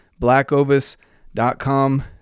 BlackOvis.com